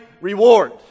reward